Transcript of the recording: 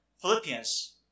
Philippians